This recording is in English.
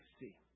see